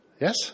Yes